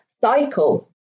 cycle